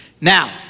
Now